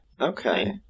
Okay